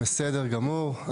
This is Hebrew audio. בסדר גמור.